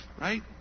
right